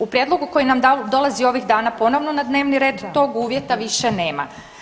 U prijedlogu koji nam dolazi ovih dana ponovno na dnevni red tog uvjeta više nema.